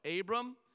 Abram